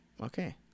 Okay